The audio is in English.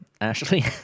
Ashley